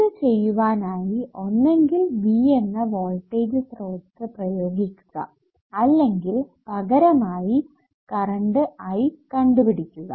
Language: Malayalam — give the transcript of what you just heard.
ഇത് ചെയ്യുവാനായി ഒന്നെങ്കിൽ V എന്ന വോൾടേജ് സ്രോതസ്സ് പ്രയോഗിക്കുക അല്ലെങ്കിൽ പകരമായി കറണ്ട് I കണ്ടുപിടിക്കുക